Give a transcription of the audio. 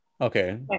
Okay